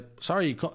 sorry